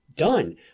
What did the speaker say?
done